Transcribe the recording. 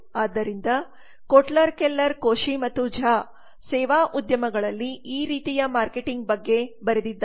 ಆದ್ದರಿಂದ Kotler Keller Koshy ಮತ್ತು ಝಾKotler Keller Koshy and Jha ಸೇವಾ ಉದ್ಯಮಗಳಲ್ಲಿ ಈ ರೀತಿಯ ಮಾರ್ಕೆಟಿಂಗ್ ಬಗ್ಗೆ ಅವರು ಬರೆದಿದ್ದಾರೆ